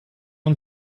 und